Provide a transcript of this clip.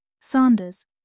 Sanders